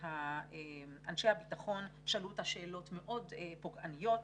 אנשי הביטחון שאלו אותה שאלות מאוד פוגעניות,